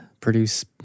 produce